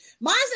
mine's